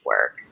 work